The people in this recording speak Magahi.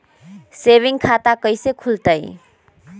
सेविंग खाता कैसे खुलतई?